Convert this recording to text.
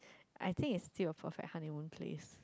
I think is still a perfect hunt in own place